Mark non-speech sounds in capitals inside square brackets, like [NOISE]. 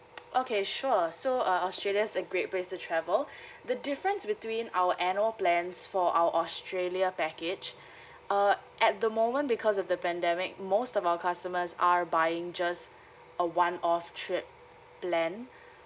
[NOISE] okay sure so uh australia a great place to travel [BREATH] the difference between our annual plans for our australia package [BREATH] uh at the moment because of the pandemic most of our customers are buying just a one off trip plan